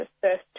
first